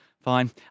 Fine